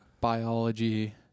Biology